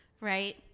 right